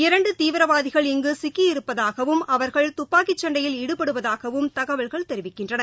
இரண்டு தீவிரவாதிகள் இங்கி சிக்கியிருப்பதாகவும் அவர்கள் துப்பாக்கி சண்டையில் ஈடுபடுவதாகவும் தகவல்கள் தெரிவிக்கின்றன